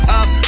up